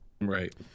Right